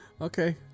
Okay